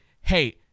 hey